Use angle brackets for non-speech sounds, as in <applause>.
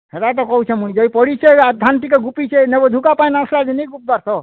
ସେଇଟା ତ କହୁଛେ ମୁଇଁ ଯେ ପଡ଼ିଛେ ଆର୍ ଧାନ୍ ଟିକେ ଗୁପିଚେ ନେବ ଝୁକାପାଇଁ <unintelligible> ତ